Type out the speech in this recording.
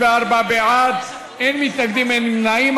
בעד, 24, אין מתנגדים, אין נמנעים.